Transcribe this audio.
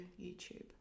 youtube